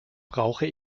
brauche